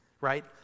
Right